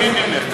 משתעממים ממך.